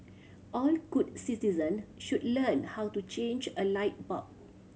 all good citizen should learn how to change a light bulb